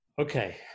Okay